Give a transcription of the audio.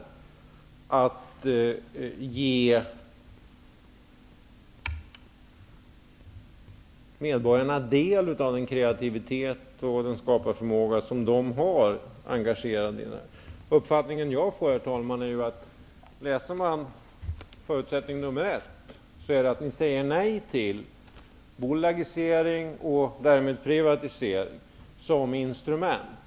Vidare skall medborgarna få ta del av den kreativitet och den skaparförmåga som finns. Herr talman! Jag får uppfattningen att i förutsättning nr 1 säger Socialdemokraterna nej till bolagisering, och därmed privatisering, som instrument.